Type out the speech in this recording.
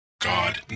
God